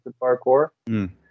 parkour